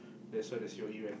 that's why they C_O_E went